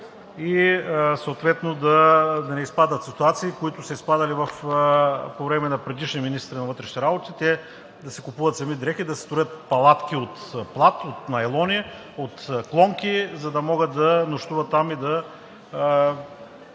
и съответно да не изпадат в ситуациите, в които са изпадали по времето на предишните министри на вътрешните работи – да си купуват сами дрехи, да си строят палатки от плат, найлони, клонки, за да могат да нощуват и да